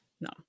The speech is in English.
No